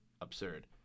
absurd